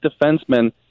defensemen